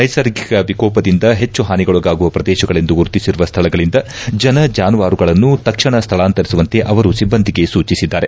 ನೈಸರ್ಗಿಕ ವಿಕೋಪದಿಂದ ಹೆಚ್ಚು ಹಾನಿಗೊಳಗಾಗುವ ಪ್ರದೇಶಗಳೆಂದು ಗುರುತಿಸಿರುವ ಸ್ಥಳಗಳಿಂದ ಜನ ಜಾನುವಾರುಗಳನ್ನು ತಕ್ಷಣ ಸ್ಥಳಾಂತರಿಸುವಂತೆ ಅವರು ಸಿಬ್ಬಂದಿಗೆ ಸೂಚಿಸಿದ್ದಾರೆ